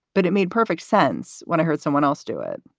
but it made perfect sense when i heard someone else do it